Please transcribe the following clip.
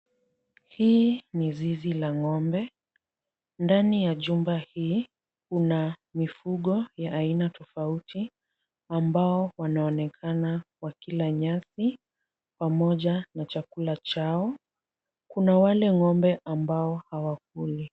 Hii ni zizi la ng'ombe. Ndani ya jumba hii kuna mifugo ya aina tofauti ambao wanaonekana wakila nyasi pamoja na chakula chao. Kuna wale ng'ombe ambao hawakuli.